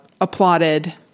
applauded